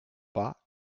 pas